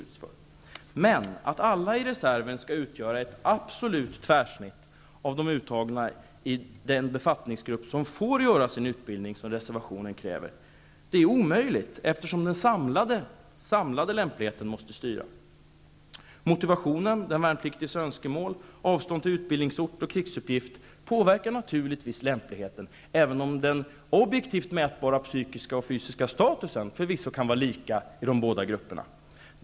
Att alla i reserven skall utgöra ett absolut tvärsnitt av de uttagna i hela befattningsgruppen, som krävs i reservationen, är en omöjlighet, eftersom den samlade lämpligheten måste vara styrande. Motivationen, den värnpliktiges önskemål, avstånd till utbildningsort och krigsuppgift påverkar naturligtvis lämpligheten, även om den objektivt mätbara psykiska och fysiska statusen förvisso kan vara lika i de båda grupperna.